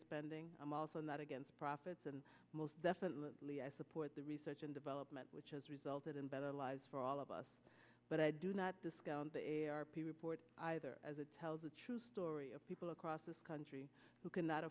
spending i'm also not against profits and most definitely i support the research and development which has resulted in better lives for all of us but i do not discount the report either as a tell the true story of people across this country who cannot